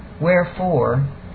Wherefore